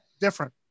different